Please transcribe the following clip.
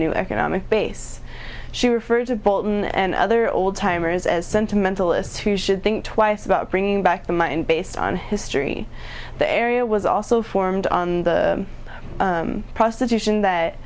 new economic base she referred to bolton and other old timers as sentimental it's who should think twice about bringing back the mine based on history the area was also formed on the prostitution that